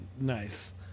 nice